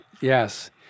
Yes